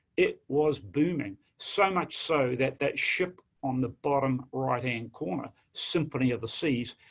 it was booming so much so that that ship, on the bottom right hand corner, so isymphony of the seas